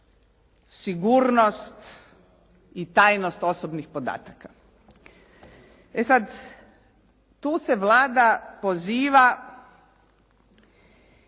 sigurnost i tajnost osobnih podataka. E sad, tu se Vlada poziva